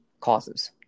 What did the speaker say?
causes